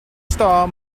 star